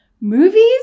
Movies